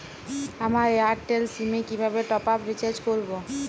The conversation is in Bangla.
আমার এয়ারটেল সিম এ কিভাবে টপ আপ রিচার্জ করবো?